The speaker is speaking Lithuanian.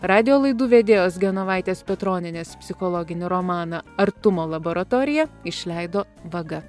radijo laidų vedėjos genovaitės petronienės psichologinio romaną artumo laboratorija išleido vaga